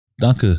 Danke